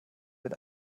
mit